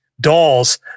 dolls